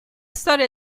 storia